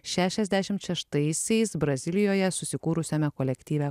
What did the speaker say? šešiasdešimt šeštaisiais brazilijoje susikūrusiame kolektyve